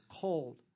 cold